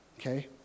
okay